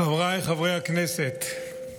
חבריי חברי הכנסת, נתניהו,